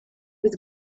was